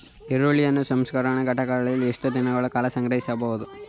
ಈರುಳ್ಳಿಯನ್ನು ಸಂಸ್ಕರಣಾ ಘಟಕಗಳಲ್ಲಿ ಎಷ್ಟು ದಿನಗಳ ಕಾಲ ಸಂಗ್ರಹಿಸಬಹುದು?